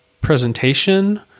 presentation